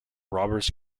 robbers